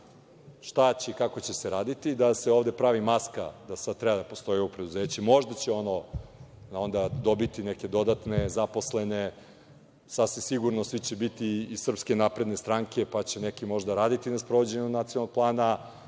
šta će se i kako će se raditi, da se ovde pravi maska, da sada treba da postoji ovo preduzeće. Možda će ono onda dobiti neke dodatne zaposlene, sasvim sigurno svi će biti iz SNS, pa će neki možda raditi na sprovođenju nacionalnog plana,